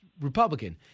Republican